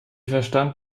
verstand